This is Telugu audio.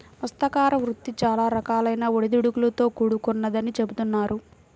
మత్స్యకార వృత్తి చాలా రకాలైన ఒడిదుడుకులతో కూడుకొన్నదని చెబుతున్నారు